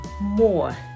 more